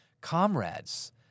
comrades